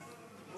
חוק